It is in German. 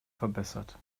verbessert